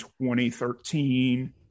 2013